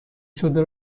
شده